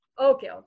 Okay